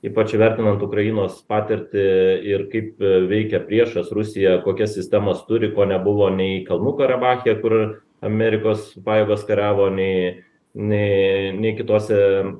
ypač įvertinant ukrainos patirtį ir kaip veikia priešas rusija kokias sistemas turi ko nebuvo nei kalnų karabache kur amerikos pajėgos kariavo nei nei nei kitose